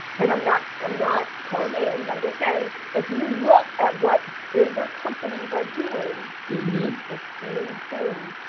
and i'm not, i'm not calling names, i'm just saying, if you look at what bigger companies are doing, it's the same thing,